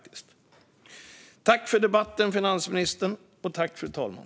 Tack för debatten, finansministern!